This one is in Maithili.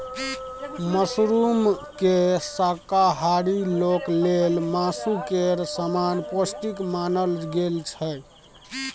मशरूमकेँ शाकाहारी लोक लेल मासु केर समान पौष्टिक मानल गेल छै